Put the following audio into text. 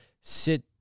sit